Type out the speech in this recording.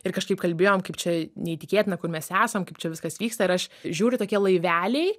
ir kažkaip kalbėjom kaip čia neįtikėtina kur mes esam kaip čia viskas vyksta ir aš žiūriu tokie laiveliai